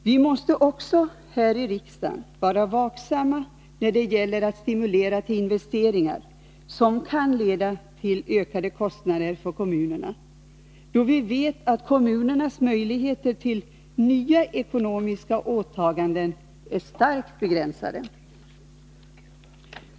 Vi måste också här i riksdagen vara vaksamma när det gäller att stimulera investeringar som kan leda till ökade kostnader för kommunerna, då vi vet att kommunernas möjligheter till nya ekonomiska åtaganden är starkt begränsade.